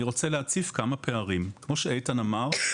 אני רוצה להציף כמה פערים כמו שאיתן אמר,